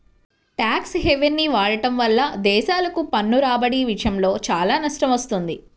tax హెవెన్ని వాడటం వల్ల దేశాలకు పన్ను రాబడి విషయంలో చాలా నష్టం వస్తుంది